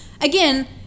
again